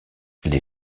les